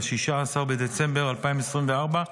16 בדצמבר 2024,